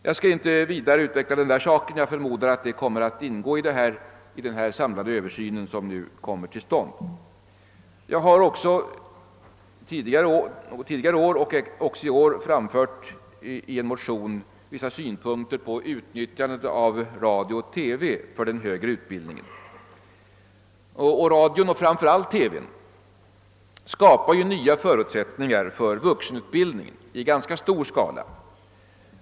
Jag skall inte vidare utveckla den saken — jag förmodar det kommer att ingå i den samlade översyn som nu skall komma till stånd. Jag har tidigare år och även i år i en motion framfört vissa synpunkter på utnyttjandet av radio och TV i den högre utbildningen. Radio och framför allt TV skapar nya förutsättningar för vuxenutbildning i ganska stor skala.